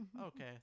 Okay